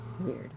Weird